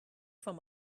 from